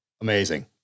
amazing